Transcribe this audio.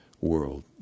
world